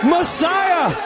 Messiah